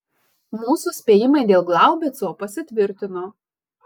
mūsų spėjimai dėl glaubico pasitvirtino